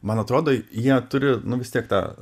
man atrodo jie turi nu vis tiek tą